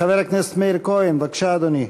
חבר הכנסת מאיר כהן, בבקשה, אדוני.